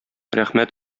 рәхмәт